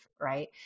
right